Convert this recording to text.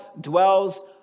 dwells